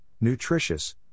nutritious